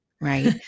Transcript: right